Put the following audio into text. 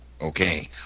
Okay